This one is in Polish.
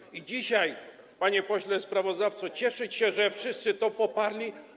I jak dzisiaj, panie pośle sprawozdawco, cieszyć się, że wszyscy to poparli?